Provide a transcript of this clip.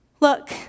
Look